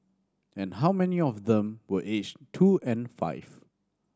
how many of them were aged two and five